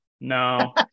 no